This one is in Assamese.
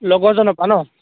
লগৰজনৰ পৰা নহ্